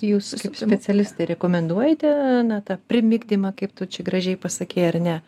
jūs kaip specialistė rekomenduojate na tą primigdymą kaip tu čia gražiai pasakei ar ne